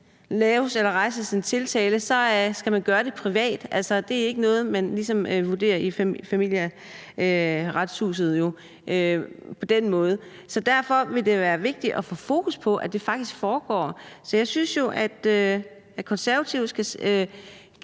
der skal rejses en tiltale, så skal man gøre det privat. Altså, det er ikke noget, man på den måde vurderer i Familieretshuset. Så derfor vil det være vigtigt at få fokus på, at det faktisk foregår. Så jeg synes jo, at Konservative skal